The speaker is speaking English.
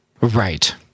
Right